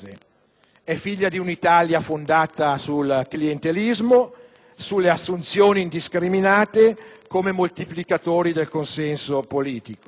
è figlia di un'Italia fondata sul clientelismo, sulle assunzioni indiscriminate come moltiplicatori del consenso politico.